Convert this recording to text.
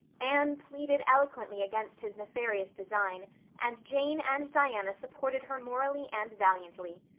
anne pleaded eloquently against his nefarious design and jane and diana supported her morally and valiantly.